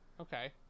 Okay